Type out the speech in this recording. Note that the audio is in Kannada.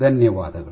ಧನ್ಯವಾದಗಳು